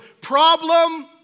problem